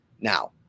Now